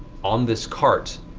on this cart,